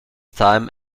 time